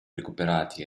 recuperati